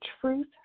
truth